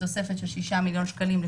והשאר מונעים לטובת הדיון